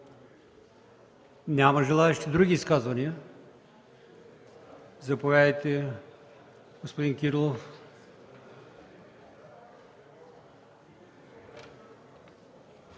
Няма желаещи. Други изказвания? Заповядайте, господин Кирилов.